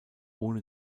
ohne